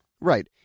Right